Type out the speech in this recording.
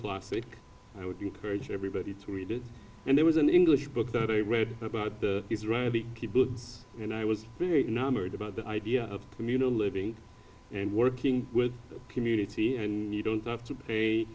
would encourage everybody to read it and there was an english book that i read about the israeli people and i was numbered about the idea of communal living and working community and you don't have to pay